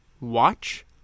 Watch